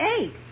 eight